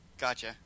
Gotcha